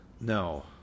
no